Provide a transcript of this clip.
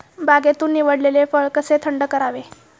बागेतून निवडलेले फळ कसे थंड करावे?